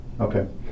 Okay